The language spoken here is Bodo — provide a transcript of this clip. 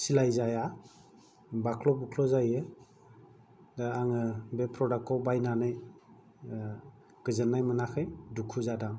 सिलाय जाया बाख्ल' बुख्ल' जायो दा आङो बे प्रडाक्ट खौ बायनानै गोजोननाय मोनाखै दुखु जादों